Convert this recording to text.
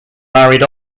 married